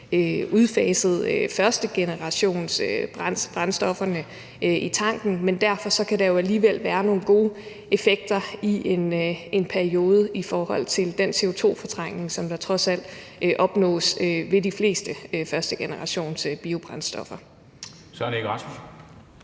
udfaset førstegenerationsbrændstofferne i tanken, men derfor kan der jo alligevel være nogle gode effekter i en periode i forhold til den CO2-fortrængning, som der trods alt opnås ved de fleste førstegenerationsbiobrændstoffer.